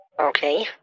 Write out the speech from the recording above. okay